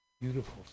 Beautiful